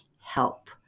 help